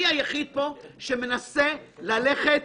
אני היחיד פה שמנסה ללכת